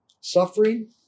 Suffering